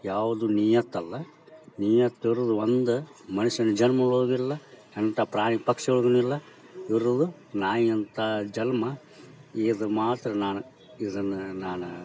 ಯಾವುದೂ ನೀಯತ್ತಲ್ಲ ನೀಯತ್ತಿರೋದು ಒಂದು ಮನುಷ್ಯನ ಜಲ್ಮದೊಳಗಿಲ್ಲ ಅಂಥ ಪ್ರಾಣಿ ಪಕ್ಷಿ ಒಳಗೂ ಇಲ್ಲ ಇರೋದು ನಾಯಿಯಂಥ ಜನ್ಮ ಇದು ಮಾತ್ರ ನಾನು ಇದನ್ನು ನಾನು